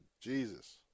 Jesus